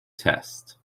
test